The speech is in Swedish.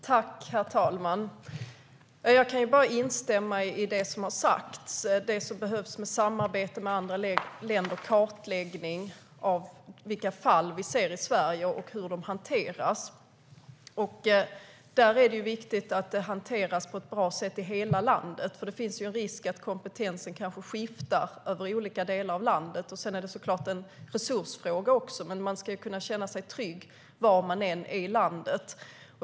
Herr talman! Jag kan bara instämma i det som har sagts. Det behövs samarbete med andra länder och kartläggning av vilka fall vi ser i Sverige och hur de hanteras. Det är viktigt att det hanteras på ett bra sätt i hela landet. Det finns ju en risk att kompetensen skiftar i olika delar av landet. Det är såklart en resursfråga också, men man ska kunna känna sig trygg var man än är i landet.